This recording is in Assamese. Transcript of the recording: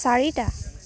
চাৰিটা